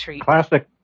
Classic